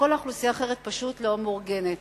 וכל האוכלוסייה האחרת פשוט לא מאורגנת.